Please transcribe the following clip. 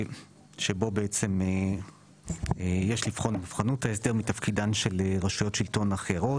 שבו יש לבחון את מובחנות ההסדר מתפקידן של רשויות שלטון אחרות.